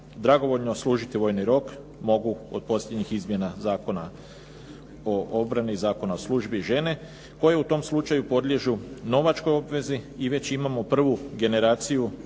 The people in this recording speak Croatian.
Dragovoljno služiti vojni rok mogu od posljednjih izmjena Zakona o obrani, Zakona o službi, žene koje u tom slučaju podliježu novačkoj obvezi i već imamo prvu generaciju